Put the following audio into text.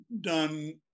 done